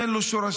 אין לו שורשים.